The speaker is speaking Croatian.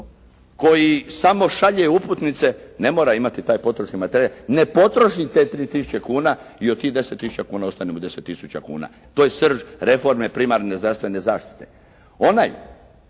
koji samo šalje uputnice ne mora imati taj potrošni materijal, ne potroši te 3000 kuna i od tih 10000 kuna ostane mu 10000 kuna. To je srž reforme primarne zdravstvene zaštite. Onaj,